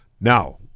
Now